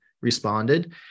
responded